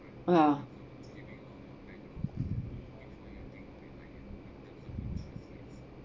yeah